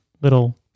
little